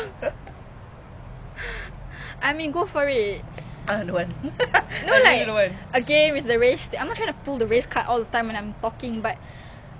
newspaper propaganda so I don't even bother looking at it but aku tak dengar banyak macam success story for melayu that's like !wow! you know